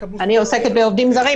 אני עוסקת בעובדים זרים,